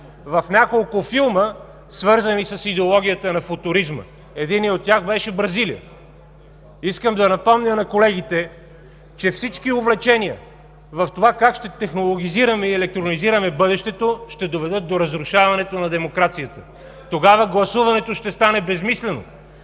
в няколко филма, свързани с идеологията на футуризма. Единият от тях беше Бразилия. Искам да напомня на колегите, че всички увлечения в това как ще технологизираме и електронизираме бъдещето, ще доведат до разрушаването на демокрацията. Тогава гласуването ще стане безсмислено.